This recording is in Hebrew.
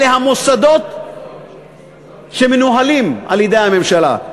אלה המוסדות שמנוהלים על-ידי הממשלה.